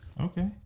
Okay